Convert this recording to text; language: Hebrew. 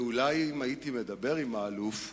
ואולי, אם הייתי מדבר עם האלוף,